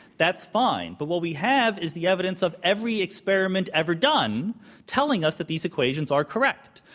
that's fine. but what we have is the evidence of every experiment ever done telling us that these equations are correct.